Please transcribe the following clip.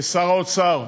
לשר האוצר,